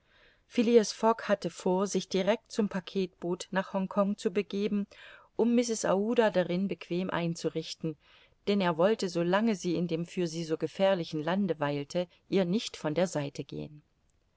fogg hatte vor sich direct zum packetboot nach hongkong zu begeben um mrs aouda darin bequem einzurichten denn er wollte so lange sie in dem für sie so gefährlichen lande weilte ihr nicht von der seite gehen